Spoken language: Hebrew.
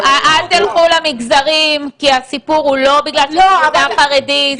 אל תלכו למגזרים כי הסיפור הוא לא בגלל שזה מגזר חרדי,